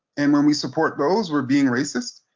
and when we support those were being racist,